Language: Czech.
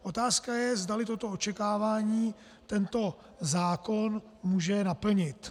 Otázka je, zdali toto očekávání tento zákon může naplnit.